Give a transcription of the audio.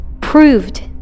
proved